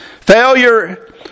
Failure